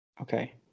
Okay